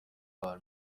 کار